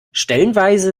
stellenweise